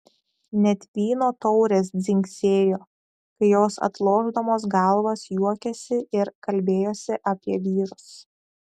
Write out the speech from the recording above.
net vyno taurės dzingsėjo kai jos atlošdamos galvas juokėsi ir kalbėjosi apie vyrus